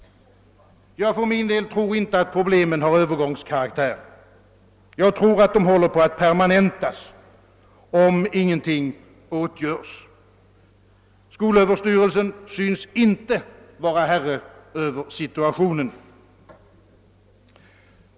Jag för min del tror inte att problemen har övergångskaraktär. Jag tror att de håller på att permanentas, om ingenting åtgörs. Skolöverstyrelsen synes inte vara herre över situationen.